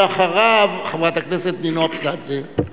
ואחריו, חברת הכנסת נינו אבסדזה.